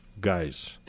guys